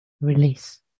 release